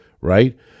right